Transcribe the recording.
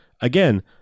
Again